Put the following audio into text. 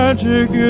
Magic